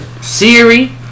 Siri